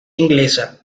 inglesa